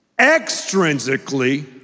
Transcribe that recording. Extrinsically